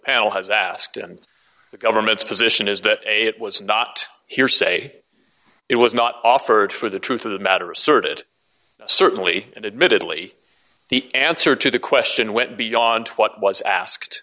panel has asked and the government's position is that a it was not hearsay it was not offered for the truth of the matter asserted certainly and admittedly the answer to the question went beyond what was asked